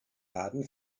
baden